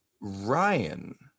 Ryan